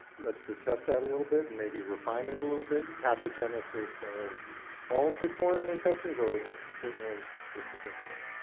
let's discuss that a little bit and maybe refine it a little bit. pathogenesis of all tick-borne infections or ah certain ones specifically?